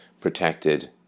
protected